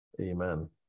Amen